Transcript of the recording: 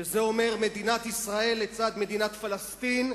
שזה אומר מדינת ישראל לצד מדינת פלסטין,